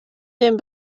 den